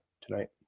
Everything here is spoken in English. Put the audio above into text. tonight